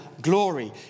glory